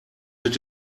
mit